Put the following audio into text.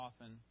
often